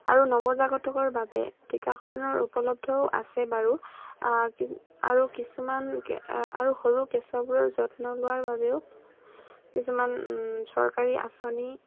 আৰু নৱজাতকৰ বাবে টীকাকৰণৰ উপলব্ধও আছে বাৰু আৰু কিছুমান আৰু সৰু কেঁচুৱাবোৰৰ যত্ন লোৱাৰ বাবেও কিছুমান চৰকাৰী আঁচনি